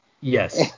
Yes